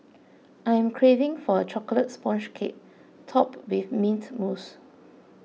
I am craving for a Chocolate Sponge Cake Topped with Mint Mousse